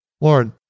Lord